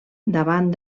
davant